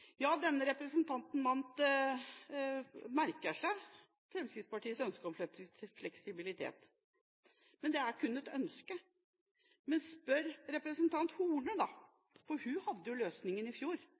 Ja, denne representanten Mandt merker seg Fremskrittspartiets ønske om fleksibilitet, men det er kun et ønske. Men spør statsråd Horne, for hun hadde jo løsningen i fjor da